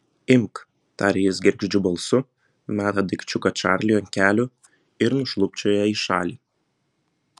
imk taria jis gergždžiu balsu meta daikčiuką čarliui ant kelių ir nušlubčioja į šalį